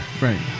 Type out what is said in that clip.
right